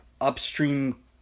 Upstream